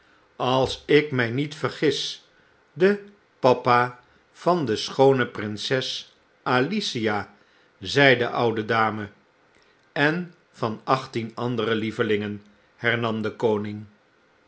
als ik mij niet vergis de papa van de schoone prinses alicia zei de oude dame en van achttien andere lievelingen hernam de koning